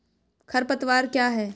खरपतवार क्या है?